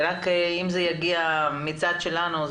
אם זה יגיע מהצד שלנו,